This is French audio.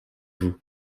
vous